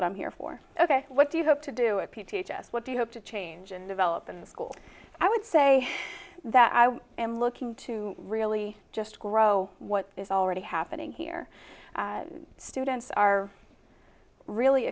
what i'm here for ok what do you have to do a p t h s what do you hope to change and develop in the school i would say that i was looking to really just grow what is already happening here students are really